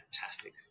Fantastic